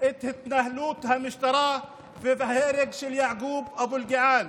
את התנהלות המשטרה בהרג של יעקוב אבו אלקיעאן.